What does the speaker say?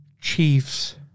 Chiefs